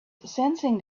sensing